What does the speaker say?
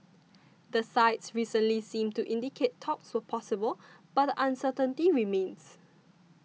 the sides recently seemed to indicate talks were possible but uncertainty remains